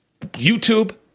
YouTube